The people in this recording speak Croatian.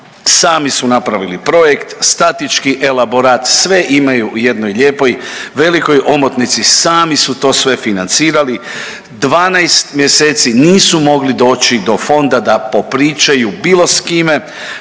Sami su napravili projekt, statički elaborat, sve imaju u jednoj lijepoj velikoj omotnici, sami su to sve financirali. 12 mjeseci nisu mogli doći do fonda da popričaju sa bilo s kime.